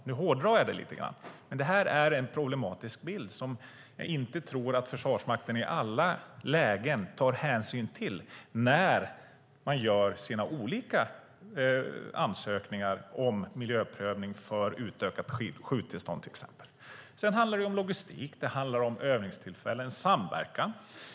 Nu hårdrar jag det lite grann, men det här är en problematisk bild som jag inte tror att Försvarsmakten i alla lägen tar hänsyn till när man gör sina olika ansökningar om miljöprövning för till exempel utökat skjuttillstånd. Sedan handlar det om logistik och samverkan vid övningstillfällen.